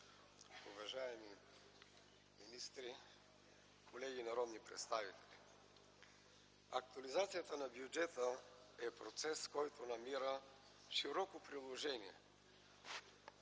уважаеми министри, колеги народни представители! Актуализацията на бюджета е процес, който намира широко приложение